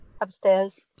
upstairs